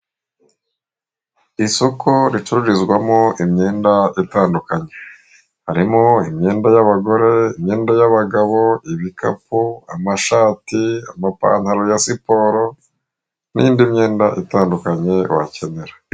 Isoko ricururizwamo imyenda itandukanye harimo, imyenda y'abagore, imyenda y'abagabo, ibikapu, amashati, amapantalo ya siporo n'indi myenda itandukanye wakenera.